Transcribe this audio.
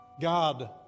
God